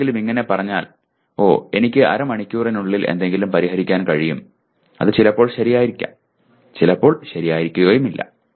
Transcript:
ആരെങ്കിലും ഇങ്ങനെ പറഞ്ഞാൽ ഓ എനിക്ക് അരമണിക്കൂറിനുള്ളിൽ എന്തെങ്കിലും പരിഹരിക്കാൻ കഴിയും അത് ചിലപ്പോൾ ശരിയായിരിക്കാം ചിലപ്പോൾ ശരിയായിരിക്കില്ല